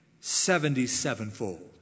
seventy-sevenfold